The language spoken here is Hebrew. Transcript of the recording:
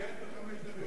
אני יכול להתנגד בחמש דקות?